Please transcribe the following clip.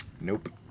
Nope